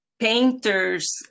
painters